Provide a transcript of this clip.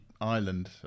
island